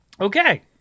okay